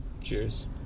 Cheers